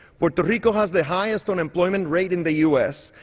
puerto rico has the highest unemployment rate in the u s.